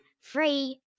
Free